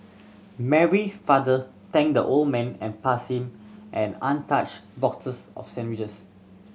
Mary's father thanked the old man and passed him an untouched box of sandwiches